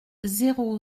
zéro